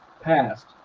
passed